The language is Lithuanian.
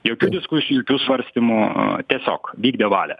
jokių diskusijų jokių svarstymų tiesiog vykdė valią